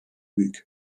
büyük